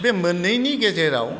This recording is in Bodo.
बे मोननैनि गेजेराव